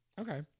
Okay